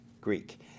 Greek